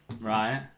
Right